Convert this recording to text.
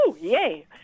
Yay